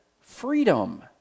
freedom